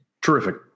Terrific